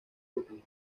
brooklyn